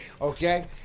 Okay